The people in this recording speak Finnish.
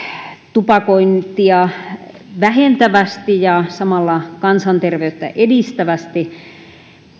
tupakointia vähentävästi ja samalla kansanterveyttä edistävästi